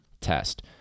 test